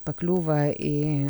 pakliūva į